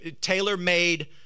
tailor-made